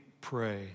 pray